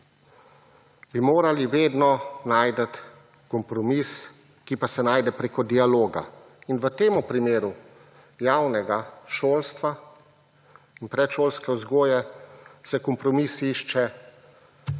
bi morali vedno najti kompromis, ki pa se najde preko dialoga in v temu primeru javnega šolstva in predšolske vzgoje, se kompromis išče